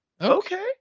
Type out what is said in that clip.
okay